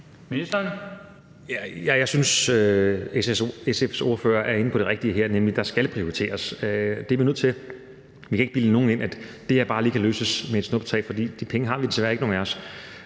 Jeg synes, SF's ordfører er inde på det rigtige her, nemlig at der skal prioriteres. Det er vi nødt til. Vi kan ikke bilde nogen ind, at det her bare kan løses med et snuptag, for de penge har vi desværre ikke nogen af os.